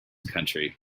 country